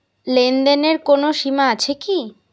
লেনদেনের কোনো সীমা আছে কি?